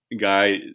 guy